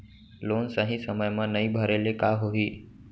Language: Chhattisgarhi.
लोन सही समय मा नई भरे ले का होही?